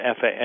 FAA